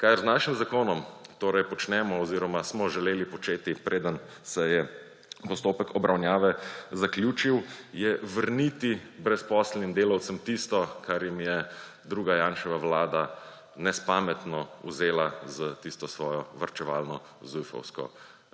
Kar z našim zakonom torej počnemo oziroma smo želeli početi, preden se je postopek obravnave zaključil, je vrniti brezposelnim delavcem tisto, kar jim je druga Janševa vlada nespametno vzela s tisto svojo varčevalno zujfovsko